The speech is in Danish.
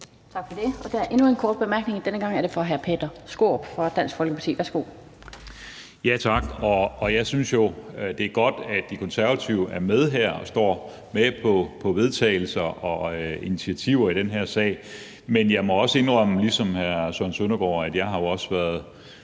Lind): Der er endnu en kort bemærkning. Denne gang er det fra hr. Peter Skaarup fra Dansk Folkeparti. Værsgo. Kl. 16:22 Peter Skaarup (DF): Tak. Jeg synes jo, det er godt, at De Konservative er med her og går med på vedtagelser og initiativer i den her sag. Men jeg må også indrømme, ligesom hr. Søren Søndergaard, at jeg jo har været